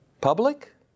public